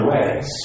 ways